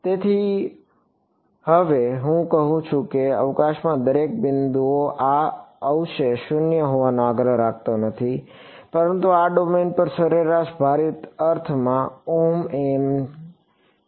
તેથી હવે હું કહું છું કે હું અવકાશમાં દરેક બિંદુએ આ અવશેષ 0 હોવાનો આગ્રહ રાખતો નથી પરંતુ આ ડોમેન પર સરેરાશ ભારિત અર્થમાં તેને 0 બરાબર લાગુ કરો